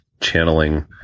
channeling